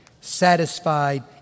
satisfied